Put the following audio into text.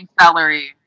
celery